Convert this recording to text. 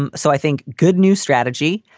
um so i think good new strategy.